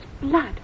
blood